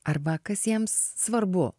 arba kas jiems svarbu